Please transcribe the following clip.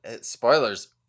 spoilers